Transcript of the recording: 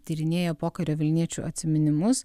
tyrinėja pokario vilniečių atsiminimus